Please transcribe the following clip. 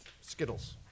Skittles